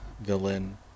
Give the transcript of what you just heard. villain